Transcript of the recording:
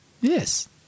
Yes